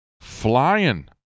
flying